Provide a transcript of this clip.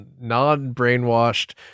non-brainwashed